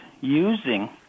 using